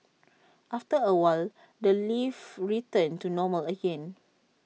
after A while the lift returned to normal again